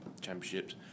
championships